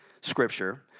scripture